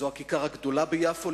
זו הכיכר הגדולה ביפו,